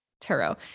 Tarot